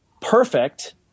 perfect